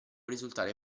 risultare